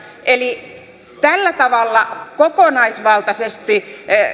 eli tällä tavalla kokonaisvaltaisesti